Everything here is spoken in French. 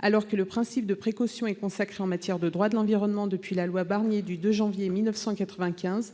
Alors que le principe de précaution est consacré en matière de droit de l'environnement depuis la loi Barnier du 2 janvier 1995,